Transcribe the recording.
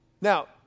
Now